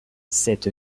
cette